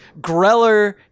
Greller